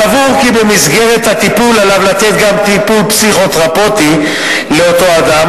סבור כי במסגרת הטיפול עליו לתת גם טיפול פסיכותרפויטי לאותו אדם,